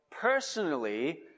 personally